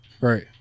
Right